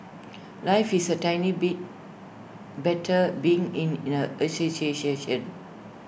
life is A tiny bit better being in in A